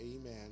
Amen